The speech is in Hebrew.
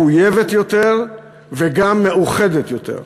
מחויבת יותר וגם מאוחדת יותר.